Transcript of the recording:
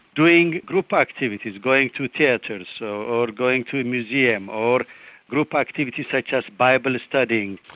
doing group activities, going to theatres so or going to a museum or group activities such as bible studying.